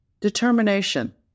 Determination